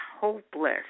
hopeless